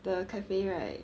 the cafe right